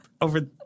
Over